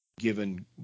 given